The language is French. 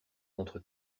contre